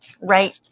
right